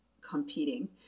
competing